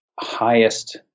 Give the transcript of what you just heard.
highest